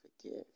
forgive